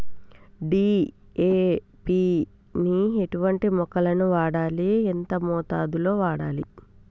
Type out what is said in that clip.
DAP ని ఎటువంటి మొక్కలకు వాడాలి? ఎంత మోతాదులో వాడాలి?